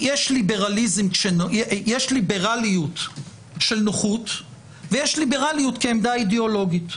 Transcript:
יש ליברליות של נוחות ויש ליברליות כעמדה אידיאולוגית.